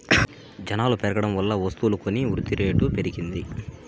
జనాలు పెరగడం వల్ల వస్తువులు కొని వృద్ధిరేటు పెరిగింది